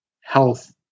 health